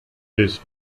bis